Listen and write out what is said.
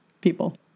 People